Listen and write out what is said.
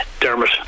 Dermot